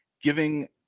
giving